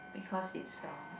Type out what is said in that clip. because it's uh